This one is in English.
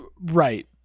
Right